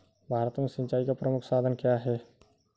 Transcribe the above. भारत में सिंचाई का प्रमुख साधन क्या है?